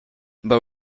but